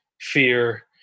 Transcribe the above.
fear